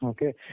Okay